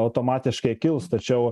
automatiškai kils tačiau